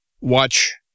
watch